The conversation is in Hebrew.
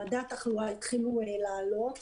ממדי התחלואה התחילו לעלות,